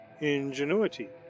INGENUITY